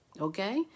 Okay